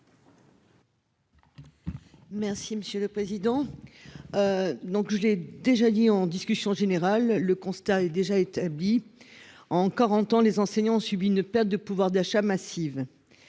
Merci monsieur le président, donc je l'ai déjà dit en discussion générale, le constat est déjà établie en encore ans les enseignants ont subi une perte de pouvoir d'achat massive